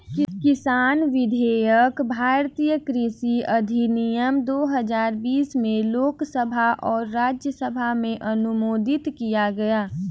किसान विधेयक भारतीय कृषि अधिनियम दो हजार बीस में लोकसभा और राज्यसभा में अनुमोदित किया